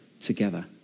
together